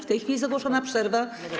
W tej chwili jest ogłoszona przerwa.